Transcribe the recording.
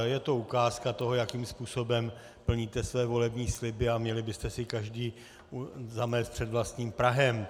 Je to ukázka toho, jakým způsobem plníte své volební sliby, a měli byste si každý zamést před vlastním prahem.